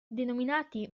denominati